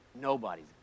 nobody's